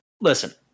listen